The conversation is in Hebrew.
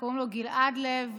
שקוראים לו גלעד לב,